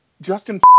Justin